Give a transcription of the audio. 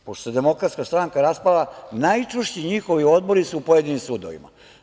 Pošto se Demokratska stranka raspala, najčvršći njihovi odbori su u pojedinim sudovima.